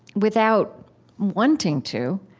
without wanting to,